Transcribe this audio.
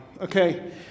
Okay